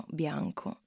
bianco